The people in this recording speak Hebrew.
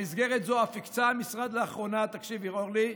במסגרת זו אף הקצה המשרד לאחרונה, תקשיבי, אורלי,